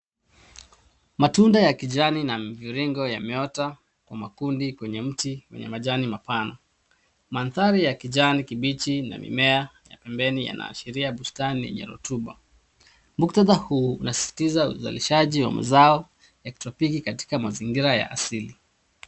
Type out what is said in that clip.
Matunda ya kijani na mviringo yameota kwa makundi kwenye mti wenye majani mapana. Mandhari ya kijani kibichi na mimea ya pembeni yanaashiria bustani yenye rutuba. Mukhtada huu unasisitiza uzalishaji wa mazao ya kitropiki katika mazingira ya asili.